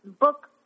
book